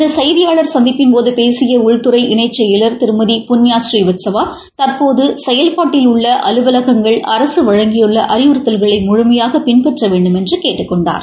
இந்த செய்தியாளா் சந்திப்பின்போது பேசிய உள்துறை இணைச் செயலா் திருமதி புண்ணிய சகலீல ஸ்ரீவஸ்தவா தற்போது செயல்பாட்டில் உள்ள அலுவலகங்கள் அரக வழங்கியுள்ள அறிவுறுத்தல்களை முழுமையாக பின்பற்ற வேண்டுமென்று கேட்டுக் கொண்டார்